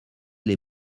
les